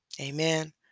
Amen